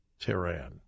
Tehran